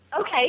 Okay